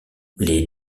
les